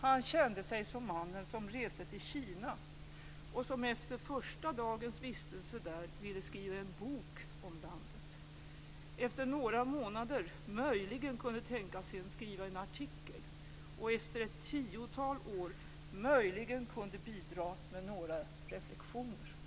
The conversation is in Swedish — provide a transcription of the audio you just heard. Han kände sig som mannen som reste till Kina och som efter första dagens vistelse där ville skriva en bok om landet, efter några månader möjligen kunde tänka sig att skriva en artikel och efter ett tiotal år möjligen kunde bidra med några reflexioner.